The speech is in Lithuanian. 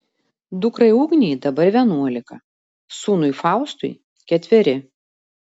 dukrai ugnei dabar vienuolika sūnui faustui ketveri